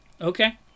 Okay